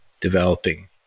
Developing